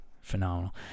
phenomenal